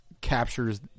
captures